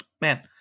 Man